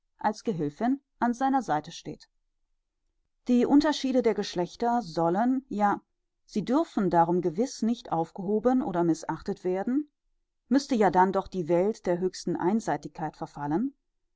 als gehülfin an seiner seite steht die unterschiede der geschlechter sollen ja sie dürfen darum gewiß nicht aufgehoben oder mißachtet werden müßte ja dann doch die welt der höchsten einseitigkeit verfallen